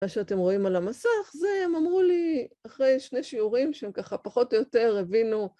מה שאתם רואים על המסך, זה הם אמרו לי, אחרי שני שיעורים שהם ככה, פחות או יותר, הבינו